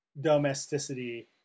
domesticity